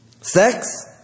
Sex